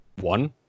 one